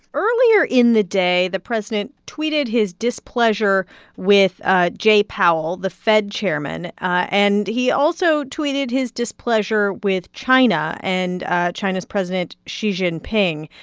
earlier in the day, the president tweeted his displeasure with ah jay powell, the fed chairman, and he also tweeted his displeasure with china and china's president xi jinping.